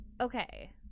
okay